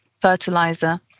fertilizer